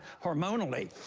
hormonally.